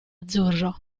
azzurro